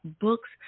books